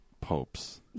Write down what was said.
Popes